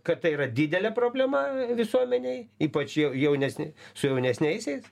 kad tai yra didelė problema visuomenėj ypač jaunesni su jaunesniaisiais